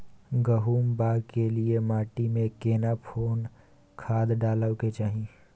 गहुम बाग के लिये माटी मे केना कोन खाद डालै के चाही?